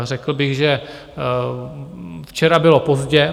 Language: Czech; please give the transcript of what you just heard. Řekl bych, že včera bylo pozdě.